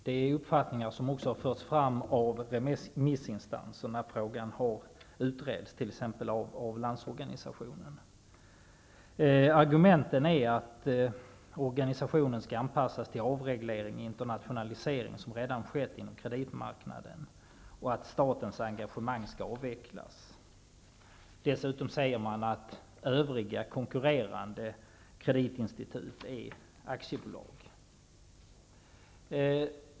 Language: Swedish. Samma uppfattning har också förts fram av remissinstanser, t.ex. av Landsorganisationen. Argumenten går ut på att organisationen skall anpassas till avreglering, internationalisering, något som redan har skett inom kreditmarknaden, och att statens engagemang skall avvecklas. Dessutom säger man att övriga konkurrerande kreditinstitut är aktiebolag.